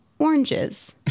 Oranges